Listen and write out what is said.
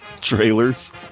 trailers